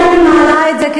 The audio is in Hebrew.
לכן אני מעלה את זה,